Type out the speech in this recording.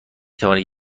توانید